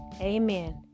Amen